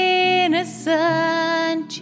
innocent